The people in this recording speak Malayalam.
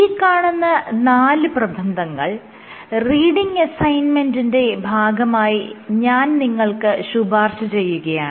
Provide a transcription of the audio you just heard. ഈ കാണുന്ന നാല് പ്രബന്ധങ്ങൾ റീഡിങ് അസൈൻമെന്റിന്റെ ഭാഗമായി ഞാൻ നിങ്ങൾക്ക് ശുപാർശ ചെയ്യുകയാണ്